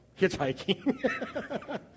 hitchhiking